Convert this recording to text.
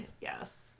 Yes